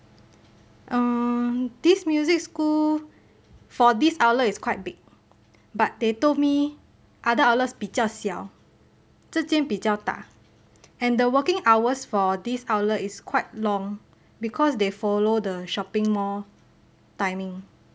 um this music school for this outlet is quite big but they told me other outlets 比较小这间比较大 and the working hours for this outlet is quite long because they follow the shopping mall timing